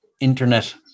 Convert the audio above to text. internet